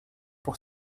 pour